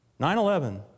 9-11